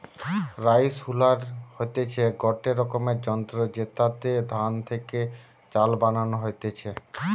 rice huller হতিছে গটে রকমের যন্ত্র জেতাতে ধান থেকে চাল বানানো হতিছে